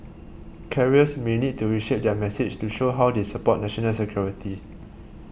carriers may need to reshape their message to show how they support national security